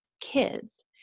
kids